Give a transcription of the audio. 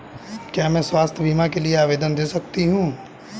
क्या मैं स्वास्थ्य बीमा के लिए आवेदन दे सकती हूँ?